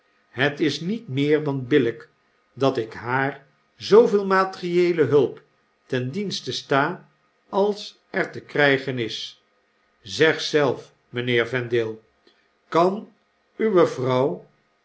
het is niet meer dan billp dat haar zooveel materieele hulp ten dienste sta als er te krggen is zeg zelf mpheer vendale kan uwe vrouw